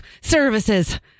services